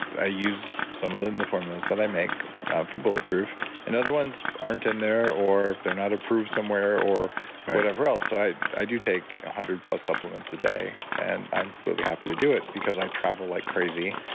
i use some of them, the formulas that i make for bulletproof and other ones aren't in there or if they're not approved somewhere or whatever else. so i i do take one hundred plus supplements a day and i'm completely happy to do it because i travel like crazy.